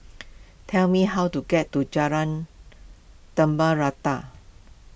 tell me how to get to Jalan Rata